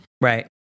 Right